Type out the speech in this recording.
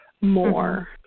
more